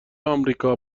آمریکا